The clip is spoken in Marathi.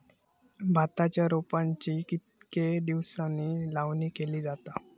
भाताच्या रोपांची कितके दिसांनी लावणी केली जाता?